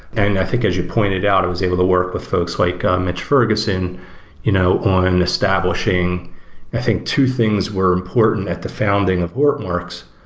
and i think as you pointed out, i was able to work with folks like mitch ferguson you know on establishing i think, two things were important at the founding of hortonworks.